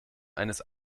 eines